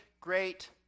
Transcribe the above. great